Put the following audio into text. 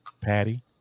Patty